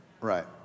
Right